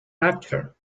rapture